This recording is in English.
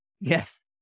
Yes